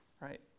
right